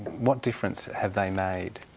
what difference have they made?